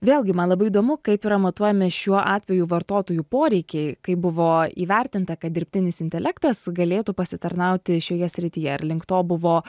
vėlgi man labai įdomu kaip yra matuojami šiuo atveju vartotojų poreikiai kaip buvo įvertinta kad dirbtinis intelektas galėtų pasitarnauti šioje srityje ir link to buvo